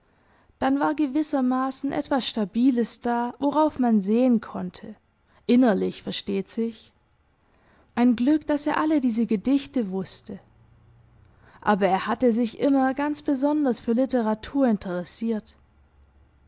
dann war gewissermaßen etwas stabiles da worauf man sehen konnte innerlich versteht sich ein glück daß er alle diese gedichte wußte aber er hatte sich immer ganz besonders für literatur interessiert